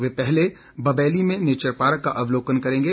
वे पहले बबेली में nature park का अवलोकन करेंगे